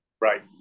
Right